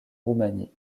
roumanie